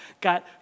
got